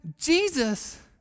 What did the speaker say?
Jesus